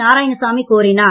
நாராயணசாமி கூறினார்